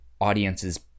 audience's